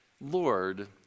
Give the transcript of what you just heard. Lord